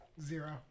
Zero